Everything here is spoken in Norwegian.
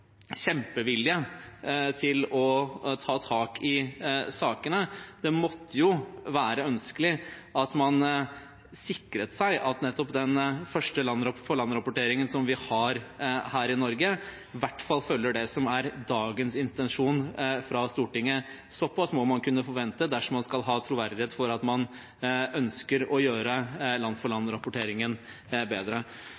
kjempevilje til å ta tak i sakene. Det måtte være ønskelig at man sikret seg at nettopp den første land-for-land-rapporteringen vi har her i Norge, i hvert fall følger det som er dagens intensjon fra Stortinget. Såpass må man kunne forvente dersom man skal ha troverdighet i at man ønsker å gjøre land-for-land-rapporteringen bedre.